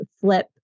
flip